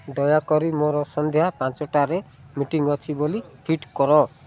ଦୟାକରି ମୋର ସନ୍ଧ୍ୟା ପାଞ୍ଚଟାରେ ମିଟିଙ୍ଗ୍ ଅଛି ବୋଲି ଫିଟ୍ କର